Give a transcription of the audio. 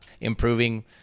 improving